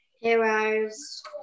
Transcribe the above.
heroes